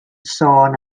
sôn